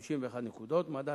51 נקודות, מדע